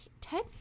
Ted